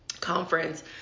conference